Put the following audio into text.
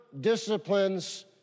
disciplines